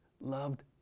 loved